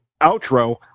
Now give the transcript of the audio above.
outro